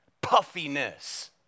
puffiness